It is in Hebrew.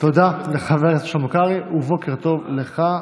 תודה לחבר הכנסת שלמה קרעי ובוקר טוב לך.